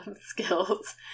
skills